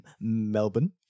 Melbourne